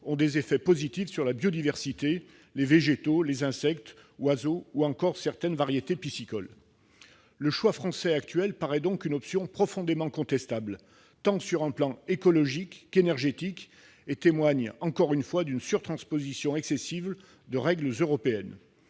ont des effets positifs sur la biodiversité, s'agissant des végétaux, des insectes et des oiseaux, ainsi que de certaines variétés piscicoles. Le choix français actuel paraît donc une option profondément contestable, sur le plan tant écologique qu'énergétique ; il témoigne, encore une fois, d'une surtransposition excessive des règles européennes.